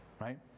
right